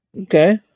Okay